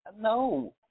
No